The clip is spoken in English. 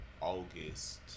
August